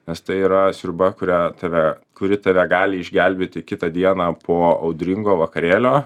nes tai yra sriuba kurią tave kuri tave gali išgelbėti kitą dieną po audringo vakarėlio